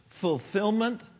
fulfillment